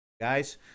Guys